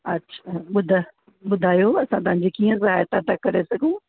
अच्छा ॿुधा ॿुधायो असां तव्हां जी कीअं सहायता था करे सघूं